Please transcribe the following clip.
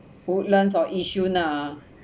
woodlands or yishun ah